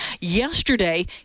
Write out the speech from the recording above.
yesterday